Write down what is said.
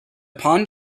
pond